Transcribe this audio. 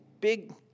big